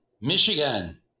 Michigan